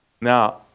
Now